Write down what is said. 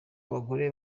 abagore